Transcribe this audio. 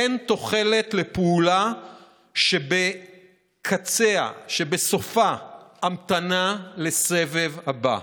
אין תוחלת לפעולה שבקצה, שבסופה המתנה לסבב הבא.